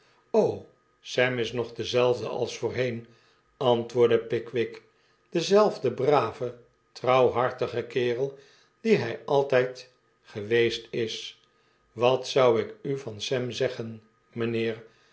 sam is nog dezelfde als voorheen antwoordde pickwick dezelfde brave trouwhartige kerel die hy altyd geweest is wat zou ik u van sam zeggen mynheer